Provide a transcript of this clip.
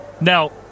Now